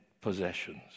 possessions